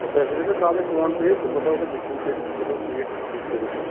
تہٕ تُہۍ تھٲوِوزیٚو مےٚ کالے فون کٔرِتھ تہٕ بہٕ تھاوَو تۄہہِ بُکِنٛگ کٔرِتھ تہٕ بہٕ تھاوٕ سیٖٹ بُک کٔرِتھ